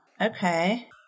Okay